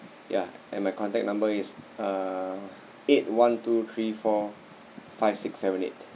ya and my contact number is uh eight one two three four five six seven eight